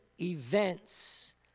events